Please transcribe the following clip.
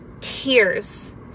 tears